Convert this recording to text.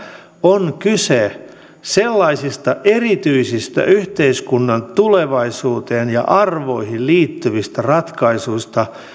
on kyse sellaisista erityisistä yhteiskunnan tulevaisuuteen ja arvoihin liittyvistä ratkaisuista